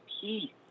peace